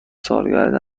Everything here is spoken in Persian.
سالگرد